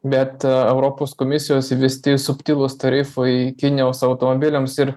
bet europos komisijos įvesti subtilūs tarifai kinijos automobiliams ir